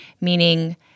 meaning